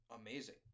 amazing